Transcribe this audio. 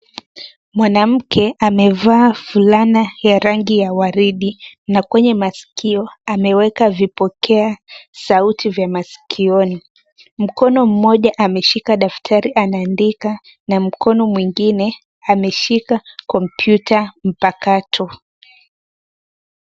Mwanamke amevaa fulana ya rangi ya waridi na kwenye masikio ameweka vipokea sauti vya masikioni. Mkono mmoja ameshika daftari anaandika na mkono mwingine ameshika kompyuta mpakato.